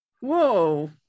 Whoa